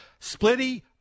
Splitty